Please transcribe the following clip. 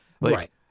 Right